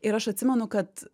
ir aš atsimenu kad